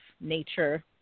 nature